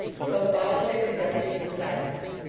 so followed their conductors in silence.